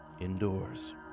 Indoors